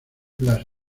las